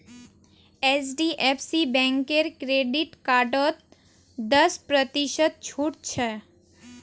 HDFC बैंकेर credit कार्डत दस प्रतिशत छूट छ